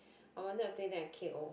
I wanted to play that and k_o